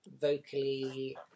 vocally